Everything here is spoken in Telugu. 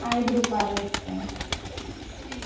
ఐదు రూపాయలది ఇచ్చేయండి